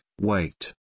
wait